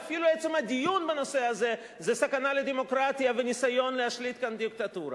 עצם הדיון בנושא הזה זו סכנה לדמוקרטיה וניסיון להשליט כאן דיקטטורה.